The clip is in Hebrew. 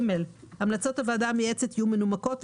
המלצות הוועדה המייעצת יהיו מנומקות,